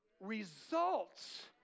results